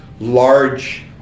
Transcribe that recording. large